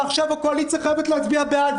ועכשיו הקואליציה חייבת להצביע בעד,